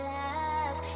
love